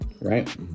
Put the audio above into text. right